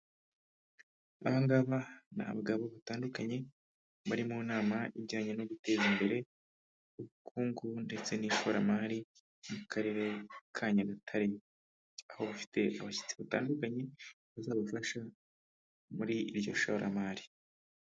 Abangaba ni abagabo batandukanye, bari mu nama ijyanye no guteza imbere ubukungu ndetse n'ishoramari mu karere ka Nyagatare. Aho bafite abashyitsi batandukanye, bazabafasha muri iryo shoramari.